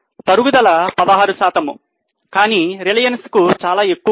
తరుగుదల 16 శాతం కానీ రిలయన్స్ కు చాలా ఎక్కువ ఉంది